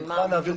בשמחה נעביר